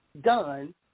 done